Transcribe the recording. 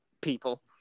people